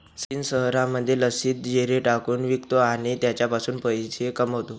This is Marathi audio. सचिन शहरामध्ये लस्सीत जिरे टाकून विकतो आणि त्याच्यापासून पैसे कमावतो